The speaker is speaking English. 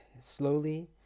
slowly